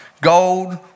Gold